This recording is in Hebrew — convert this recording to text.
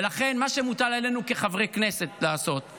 ולכן, מה שמוטל עלינו כחברי כנסת לעשות זה